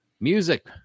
Music